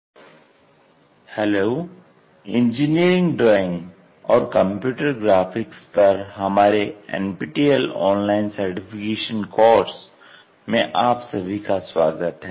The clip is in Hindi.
projections of solids II hello engineering drawing और कंप्यूटर ग्राफिक्स पर हमारे NPTEL ऑनलाइन सर्टिफिकेशन कोर्स में आप सभी का स्वागत है